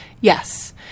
Yes